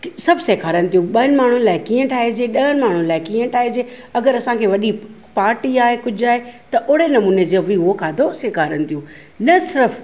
सभु सेखारनि थियूं ॿिनि माण्हुनि लाइ कीअं ठाहिजे ॾहनि माण्हुनि लाइ कीअं ठाहिजे अगरि असांखे वॾी पार्टी आहे कुझु आहे त ओड़े नमूने जो बि उहो खाधो सेखारनि थियूं न सिर्फ़ु